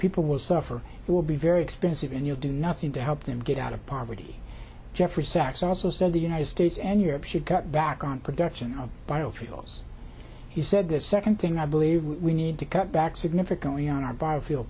people will suffer will be very expensive and you'll do nothing to help them get out of poverty jeffrey sachs also said the united states and europe should cut back on production of biofuels he said the second thing i believe we need to cut back significantly on our barfield